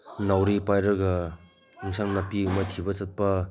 ꯅꯥꯎꯔꯤ ꯄꯥꯏꯔꯒ ꯑꯦꯟꯁꯥꯡ ꯅꯥꯄꯤꯒꯨꯝꯕ ꯊꯤꯕ ꯆꯠꯄ